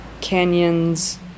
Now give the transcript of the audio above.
canyons